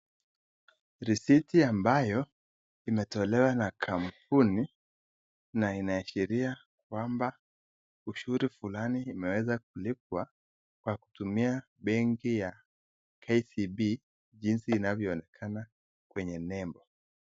Risiti ambayo imetolewa na kampuni na inaashiria kwamba ushuru fulani umelipwa kwa kutumia benki ya KCB jinsi inavyoonekana kwenye name .